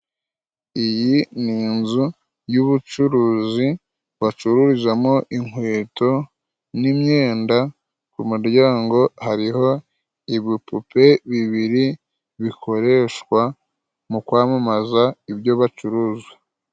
Iyi ni inzu y'ubucuruzi bacururizamo inkweto n'imyenda, kumuryango hariho ibipupe bibiri bikoreshwa mu kwamamaza ibyo bacuruza.